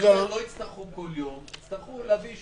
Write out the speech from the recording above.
לא יצטרכו כל יום, יצטרכו אישור תקף.